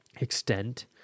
extent